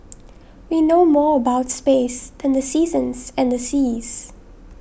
we know more about space than the seasons and the seas